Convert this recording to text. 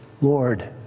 Lord